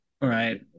Right